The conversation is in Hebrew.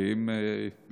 כי אם יש,